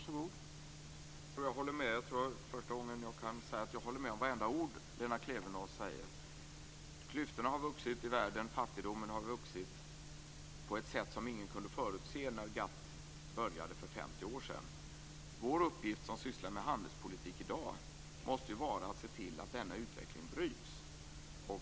Herr talman! Jag tror att det är första gången jag kan säga att jag håller med om vartenda ord Lena Klevenås säger. Klyftorna har vuxit i världen. Fattigdomen har vuxit på ett sätt som ingen kunde förutse när GATT började för 50 år sedan. Uppgiften för oss som sysslar med handelspolitik i dag måste ju vara att se till att denna utveckling bryts.